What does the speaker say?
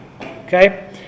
okay